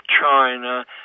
China